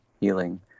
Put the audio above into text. healing